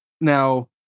Now